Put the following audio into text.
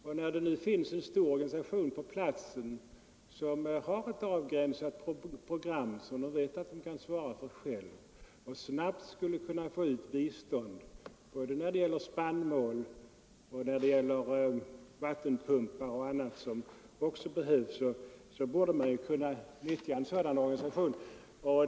Och när det nu finns en stor organisation på platsen med ett avgränsat program, som organisationen vet att den själv kan svara för och som innebär att man snabbt skulle kunna få ut bistånd i form av spannmål, vattenpumpar och annat som behövs, så borde denna organisation kunna utnyttjas.